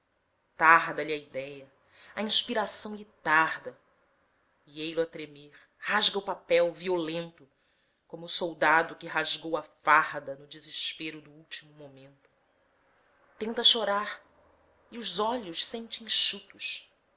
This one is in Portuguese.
tarda lhe a idéia a inspiração lhe tarda e ei-lo a tremer rasga o papel violento como o soldado que rasgou a farda no desespero do último momento tenta chorar e os olhos sente enxutos